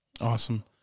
Awesome